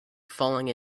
falling